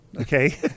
okay